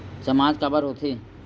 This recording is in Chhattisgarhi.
सामाज काबर हो थे?